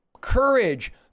Courage